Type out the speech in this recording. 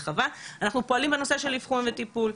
אנחנו פועלים גם בנושאים של אבחון וטיפול.